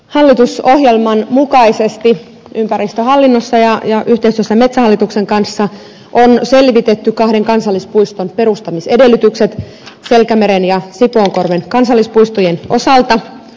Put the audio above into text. hallitusohjelman mukaisesti ympäristöhallinnossa ja yhteistyössä metsähallituksen kanssa on selvitetty kahden kansallispuiston perustamisedellytykset selkämeren ja sipoonkorven kansallispuistojen osalta